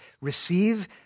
receive